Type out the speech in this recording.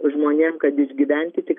o žmonėm kad išgyventi tik